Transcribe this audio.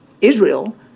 Israel